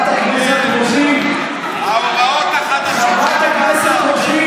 ההוראות החדשות,